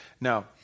Now